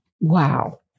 Wow